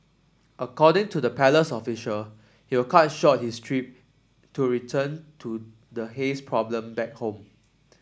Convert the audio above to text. according to the palace official he will cut short his trip to return to the haze problem back home